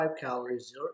calories